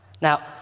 Now